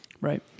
right